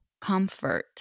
comfort